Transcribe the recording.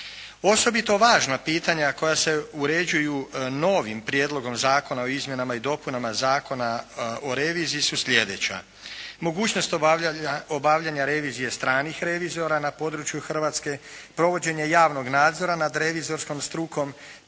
Osobito važna pitanja koja se uređuju novim Prijedlogom zakona o Izmjenama i dopunama Zakona o reviziji su sljedeća. Mogućnost obavljanja revizije stranih revizora na području Hrvatske, provođenje javnog nadzora nad revizorskom strukom,